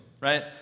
right